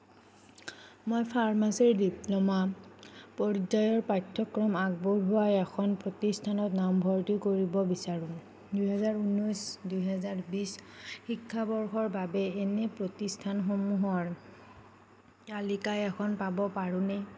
মই ফাৰ্মাচীৰ ডিপ্ল'মা পৰ্যায়ৰ পাঠ্যক্ৰম আগবঢ়োৱা এখন প্ৰতিষ্ঠানত নামভৰ্তি কৰিব বিচাৰোঁ দুহেজাৰ উনৈছ দুহেজাৰ বিছ শিক্ষাবৰ্ষৰ বাবে এনে প্ৰতিষ্ঠানসমূহৰ তালিকা এখন পাব পাৰোঁনে